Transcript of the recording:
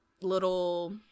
little